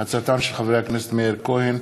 הצעתם של חברי הכנסת מאיר כהן,